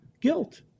Guilt